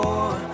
More